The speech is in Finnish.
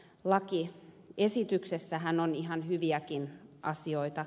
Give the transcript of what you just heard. sinänsä tässä lakiesityksessähän on ihan hyviäkin asioita